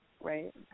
Right